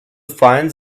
find